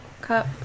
cup